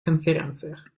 конференциях